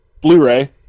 Blu-ray